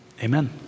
amen